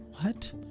What